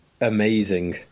Amazing